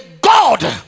God